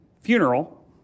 funeral